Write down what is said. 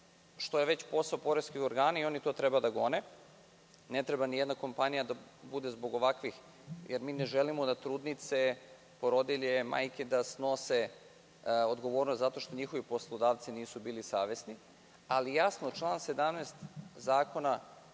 što je već posao poreskih organa i oni to treba da gone. Ne treba ni jedna kompanija da bude zbog ovakvih, jer mi ne želimo da trudnice, porodilje, majke da snose odgovornost zato što njihovi poslodavci nisu bili savesni. Član 17. Zakona